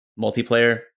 multiplayer